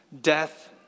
death